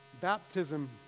Baptism